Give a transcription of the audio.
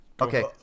Okay